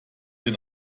den